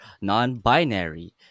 non-binary